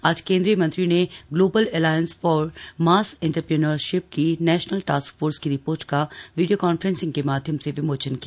आज केंद्रीय मंत्री ने global alliance for mass entrepreneurship की नेशनल टास्क फोर्स की रिपोर्ट का वीडियो कान्फ्रेंसिंग के माध्यम से विमोचन किया